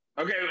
Okay